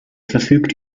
verfügt